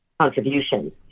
contributions